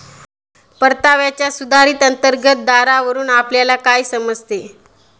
परताव्याच्या सुधारित अंतर्गत दरावरून आपल्याला काय समजते?